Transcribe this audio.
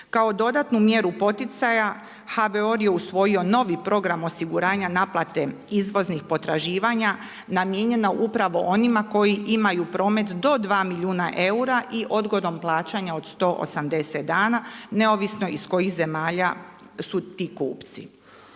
Kao dodatnu mjeru poticaja HBOR je usvojio novi program osiguranja naplate izvoznih potraživanja namijenjena upravo onima koji imaju promet do 2 milijuna eura i odgodom plaćanja od 180 dana neovisno iz kojih zemalja su ti kupci.